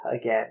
again